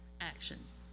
actions